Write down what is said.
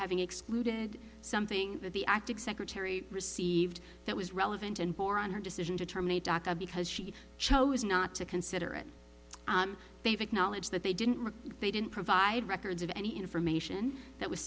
having excluded something that the acting secretary received that was relevant and bore on her decision to terminate dr because she chose not to consider it they've acknowledged that they didn't they didn't provide records of any information that was